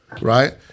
Right